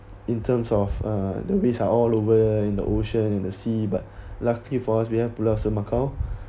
in terms of uh the waste are all over in the ocean in the sea but lucky for us we have pulau semakau